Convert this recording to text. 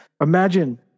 Imagine